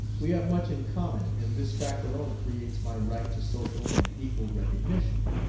we have much in common, and this fact alone creates my right to social and equal recognition.